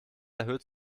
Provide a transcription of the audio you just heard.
erhöht